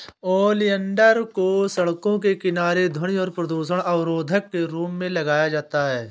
oleander को सड़कों के किनारे ध्वनि और प्रदूषण अवरोधक के रूप में लगाया जाता है